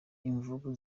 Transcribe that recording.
imvubu